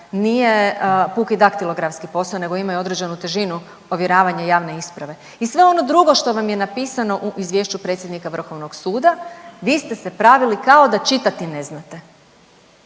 nije puki daktilografski posao nego ima i određenu težinu ovjeravanja javne isprave i sve ono drugo što vam je napisano u izvješću predsjednika Vrhovnog suda vi ste se pravili kao da čitati ne znate.